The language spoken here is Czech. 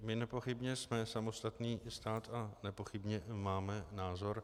My nepochybně jsme samostatný stát a nepochybně i máme názor.